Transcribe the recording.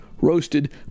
roasted